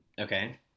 Okay